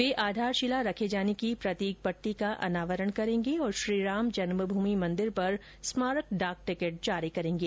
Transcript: वे आधारशिला रखे जाने के प्रतीक पटटी का अनावरण करेंगे और श्रीराम जन्मभूमि मंदिर पर स्मारक डाक टिकट जारी करेंगे